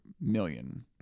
million